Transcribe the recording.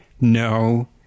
no